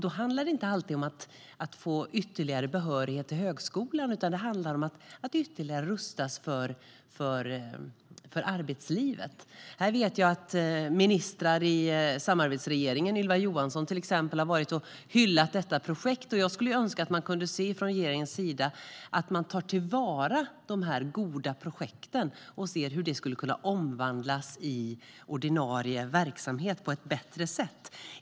Då handlar det inte alltid om att få ytterligare behörighet till högskolan, utan det handlar om att ytterligare rustas för arbetslivet. Jag vet att ministrar i samarbetsregeringen, Ylva Johansson till exempel, har hyllat detta projekt, och jag skulle ju önska att man från regeringens sida kunde se till att ta till vara dessa goda projekt och titta på hur det skulle kunna omvandlas i ordinarie verksamhet på ett bättre sätt.